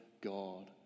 God